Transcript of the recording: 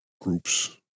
groups